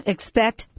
Expect